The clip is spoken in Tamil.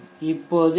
இப்போது பி